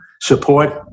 support